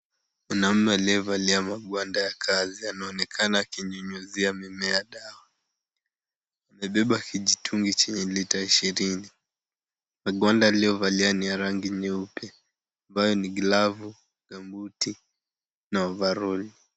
Mwanaúme aliyevalia magwanda ya kazi anaonekana akinyunyizia mimea dawa. Amebeba kijitumgi chenye lita ishirini magwanda aliyovalia ni nyeupe ambayo ni a glove, mambuti na overall .